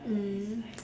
mm